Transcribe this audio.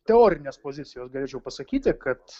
teorinės pozicijos galėčiau pasakyti kad